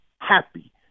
happy